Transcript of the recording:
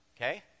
Okay